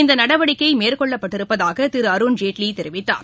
இந்த நடவடிக்கை மேற்கொள்ளப்பட்டிருப்பதாக திரு அருண்ஜேட்வி தெரிவித்தார்